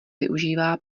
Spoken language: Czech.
využívá